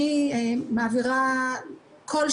נמצא איתנו ממשרד האוצר, קובי.